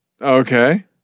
Okay